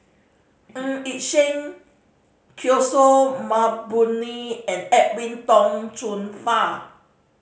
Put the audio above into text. Ng Yi Sheng Kishore Mahbubani and Edwin Tong Chun Fai